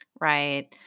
right